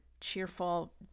cheerful